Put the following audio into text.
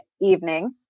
evening